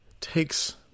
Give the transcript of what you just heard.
takes